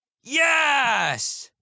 Yes